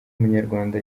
umunyarwanda